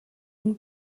энэ